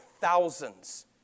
thousands